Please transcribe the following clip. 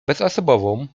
bezosobową